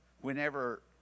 whenever